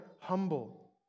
humble